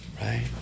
right